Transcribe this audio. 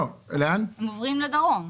הם עוברים לדרום.